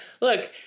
Look